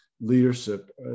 leadership